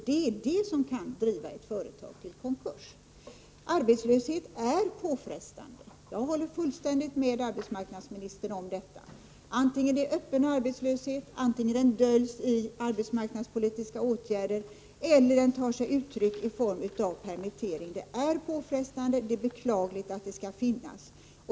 Det är det som kan driva företag till konkurs. Arbetslöshet är påfrestande — jag håller fullständigt med arbetsmarknadsministern om det. Vare sig det är öppen arbetslöshet, en arbetslöshet som döljs i arbetsmarknadspolitiska åtgärder eller arbetslöshet som tar sig uttryck i permitteringar är den påfrestande, och det är beklagligt att den finns.